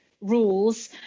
Rules